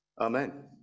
Amen